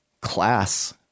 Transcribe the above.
class